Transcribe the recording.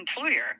employer